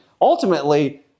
ultimately